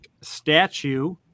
statue